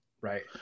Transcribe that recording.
right